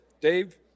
Dave